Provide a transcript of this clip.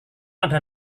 adalah